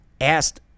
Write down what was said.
asked